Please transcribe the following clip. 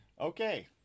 Okay